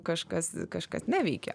kažkas kažkas neveikia